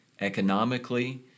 economically